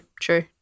true